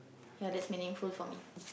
ya that's meaningful for me